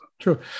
True